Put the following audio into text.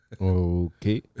okay